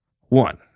one